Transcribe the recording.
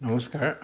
নমস্কাৰ